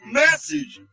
message